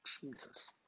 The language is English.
jesus